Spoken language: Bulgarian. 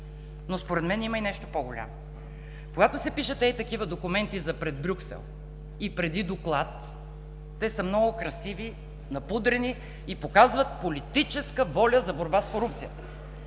Според мен има и нещо по-голямо. Когато се пишат ето такива документи за пред Брюксел и преди доклад, те са много красиви, напудрени и показват политическа воля за борба с корупцията.